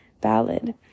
ballad